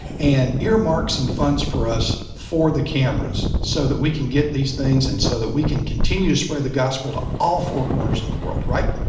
and earmark some funds for us for the cameras, so that we can get these things and so that we can continue to spread the gospel to all four corners of the world, right.